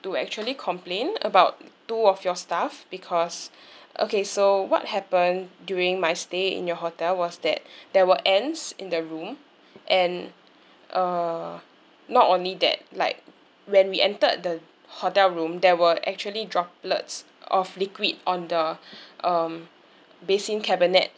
to actually complain about two of your staff because okay so what happened during my stay in your hotel was that there were ants in the room and uh not only that like when we entered the hotel room there were actually droplets of liquid on the um basin cabinet